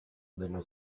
dello